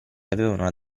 avevano